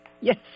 Yes